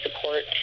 support